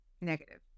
negative